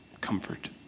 comfort